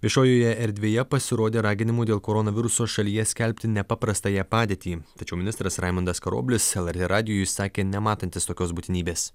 viešojoje erdvėje pasirodė raginimų dėl koronaviruso šalyje skelbti nepaprastąją padėtį tačiau ministras raimundas karoblis lrt radijui sakė nematantis tokios būtinybės